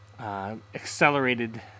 Accelerated